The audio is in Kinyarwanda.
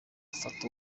fata